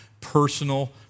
personal